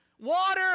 water